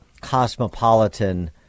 cosmopolitan